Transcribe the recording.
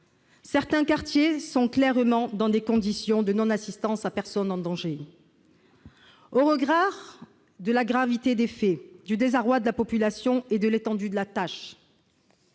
Certains quartiers sont clairement dans une situation de non-assistance à personnes en danger. Au regard de la gravité des faits, du désarroi de la population et de l'étendue de la tâche,